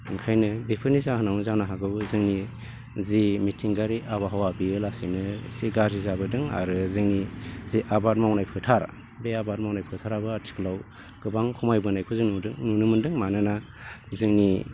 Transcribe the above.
ओंखायनो बेफोरनि जाहोनावनो जानो हागौ जोंनि जि मिथिंगायारि आबाहावा बियो लासैनो एसे गारजि जाबोदों आरो जोंनि जे आबाद मावनाय फोथार बे आबाद मावनाय फोथाराबो आथिखालाव गोबां खमायबोनायखौ जों नुदों नुनो मोनदों मानोना जोंनि